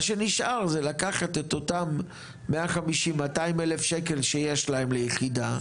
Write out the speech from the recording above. מה שנשאר זה לקחת את אותם 150-200 אלף שקלים שיש להם ליחידה,